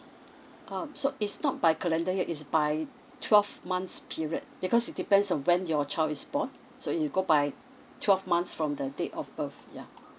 um so it's not by calendar year it's by twelve months period because it depends on when your child is born so it'll go by twelve months from the date of birth ya